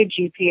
GPS